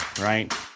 Right